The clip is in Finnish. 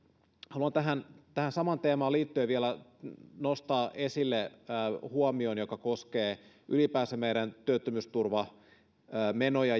haluan tähän samaan teemaan liittyen vielä nostaa esille huomion joka koskee ylipäänsä meidän työttömyysturvamenoja